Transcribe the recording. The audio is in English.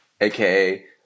aka